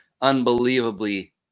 unbelievably